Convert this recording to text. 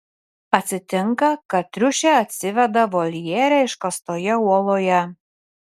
atsitinka kad triušė atsiveda voljere iškastoje uoloje